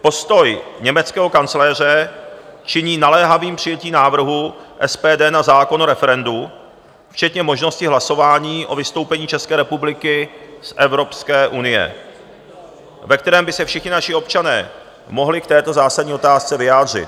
Postoj německého kancléře činí naléhavým přijetí návrhu SPD na zákon o referendu včetně možnosti hlasování o vystoupení České republiky z Evropské unie, ve kterém by se všichni naši občané mohli k této zásadní otázce vyjádřit.